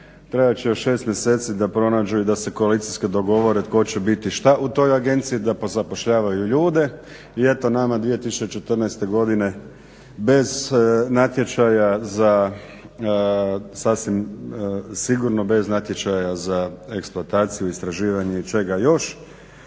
Trebat će još 6 mjeseci da pronađu i da se koalicijski dogovore tko će biti što u toj agenciji, da pozapošljavaju ljude. I eto nama 2014. godine bez natječaja za, sasvim sigurno bez natječaja za eksplataciju, istraživanje i čega još.